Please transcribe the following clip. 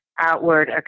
outward